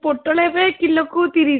ପୋଟଳ ଏବେ କିଲୋକୁ ତିରିଶ